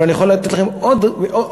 אבל אני יכול לתת לכם עוד יעדים,